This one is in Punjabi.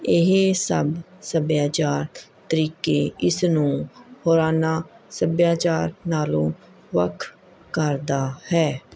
ਇਹ ਸਭ ਸੱਭਿਆ ਤਰੀਕੇ ਇਸ ਨੂੰ ਸੱਭਿਆਚਾਰ ਨਾਲੋਂ ਵੱਖ ਕਰਦਾ ਹੈ